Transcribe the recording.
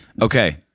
Okay